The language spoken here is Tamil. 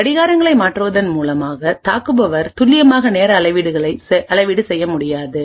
கடிகாரங்களை மாற்றுவதன்மூலமாக தாக்குபவர் துல்லியமான நேர அளவீடு செய்ய முடியாது